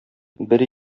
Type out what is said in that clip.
бер